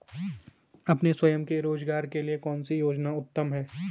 अपने स्वयं के रोज़गार के लिए कौनसी योजना उत्तम है?